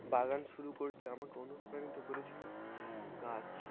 বাগান শুরু করতে আমাকে অনুপ্রাণিত করেছিল গাছ